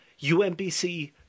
UMBC